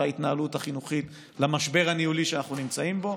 ההתנהלות החינוכית במשבר הניהולי שאנחנו נמצאים בו.